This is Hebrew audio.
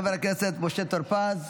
חבר הכנסת משה טור פז,